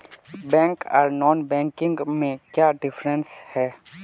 Bank आर non banking में क्याँ डिफरेंस है?